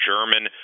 German